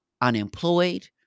unemployed